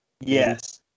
yes